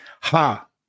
Ha